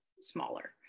smaller